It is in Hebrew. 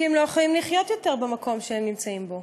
כי הם לא יכולים לחיות יותר במקום שהם נמצאים בו,